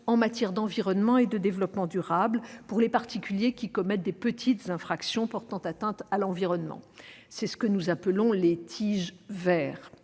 en matière d'environnement et de développement durable pour les particuliers qui commettent des petites infractions portant atteinte à l'environnement. C'est ce que nous appelons les « TIG verts ».